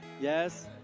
Yes